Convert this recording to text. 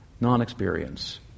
non-experience